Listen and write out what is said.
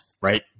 right